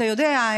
אתה יודע,